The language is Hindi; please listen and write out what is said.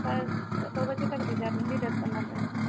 पर दो बजे तक भिजवा दूँगी दस पन्द्रह मिनट में